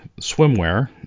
swimwear